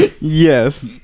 Yes